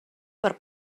per